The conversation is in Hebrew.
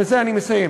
בזה אני מסיים.